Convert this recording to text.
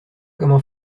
comment